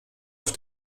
auf